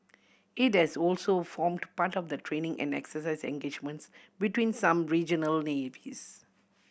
it has also formed part of the training and exercise engagements between some regional navies